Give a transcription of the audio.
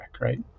right